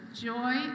Joy